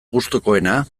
gustukoena